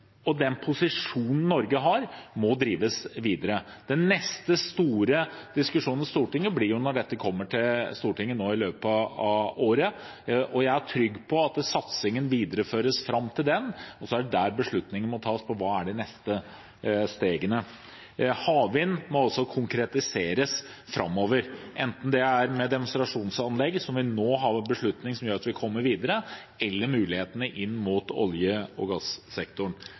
Den posisjonen Norge har innenfor CCS-satsingen, må drives videre. Den neste store diskusjonen i Stortinget blir når dette kommer til Stortinget i løpet av året. Jeg er trygg på at satsingen videreføres fram til da. Det er der beslutningen må tas om hva som er de neste stegene. Havvind må også konkretiseres framover, enten det er med demonstrasjonsanlegg – som vi nå vil ha en beslutning om, som gjør at vi kommer videre – eller det er mulighetene inn mot olje- og gassektoren.